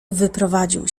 wyprowadził